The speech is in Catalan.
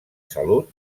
salut